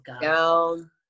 down